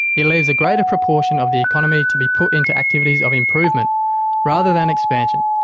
it leaves a greater proportion of the economy to be put into activities of improvement rather than expansion,